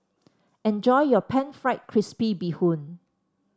enjoy your pan fried crispy Bee Hoon